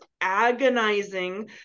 agonizing